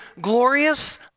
glorious